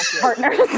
partners